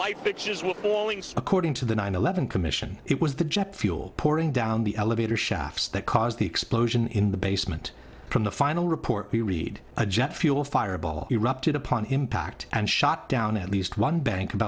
light fixtures were according to the nine eleven commission it was the jet fuel pouring down the elevator shafts that caused the explosion in the basement from the final report we read a jet fuel fireball erupted upon impact and shot down at least one bank